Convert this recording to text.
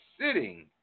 Sitting